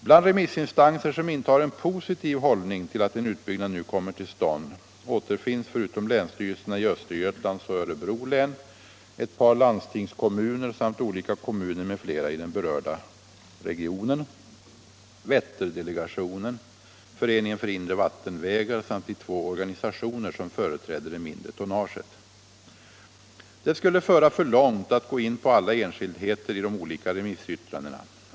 Bland remissinstanser som intar en positiv hållning till att en utbyggnad nu kommer till stånd återfinns, förutom länsstyrelserna i Östergötlands och Örebro län, ett par landstingskommuner samt olika kommuner m.fl. i den berörda regionen, Vätterdelegationen, Föreningen för inre vattenvägar samt de två organisationer som företräder det mindre tonnaget. Det skulle föra för långt att gå in på alla enskildheter i de olika remissyttrandena.